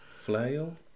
Flail